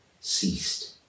ceased